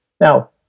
Now